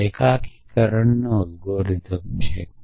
આ એકીકરણ અલ્ગોરિધમ છે